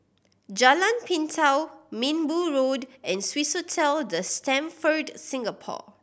Jalan Pintau Minbu Road and Swissotel The Stamford Singapore